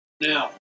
Now